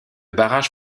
barrage